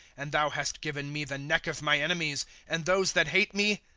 and thou hast given me the neck of my enemies and those that liate me,